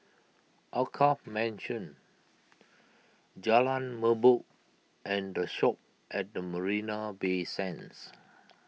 Alkaff Mansion Jalan Merbok and the Shoppes at Marina Bay Sands